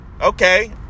Okay